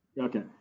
Okay